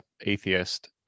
atheist